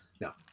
now